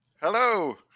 Hello